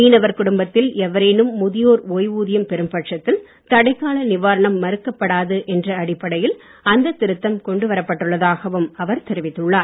மீனவர் குடும்பத்தில் எவரேனும் முதியோர் ஓய்வூதியம் பெரும் பட்சத்தில் தடைக்கால நிவாரணம் மறுக்கப்படாது என்ற அடிப்படையில் அந்த திருத்தம் கொண்டுவரப் பட்டுள்ளதாகவும் அவர் தெரிவித்துள்ளார்